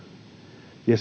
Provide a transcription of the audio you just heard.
ja